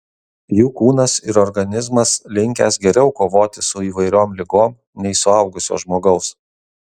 jų kūnas ir organizmas linkęs geriau kovoti su įvairiom ligom nei suaugusio žmogaus